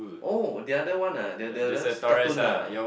oh the other one ah the other cartoon ah